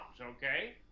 okay